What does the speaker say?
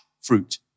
fruit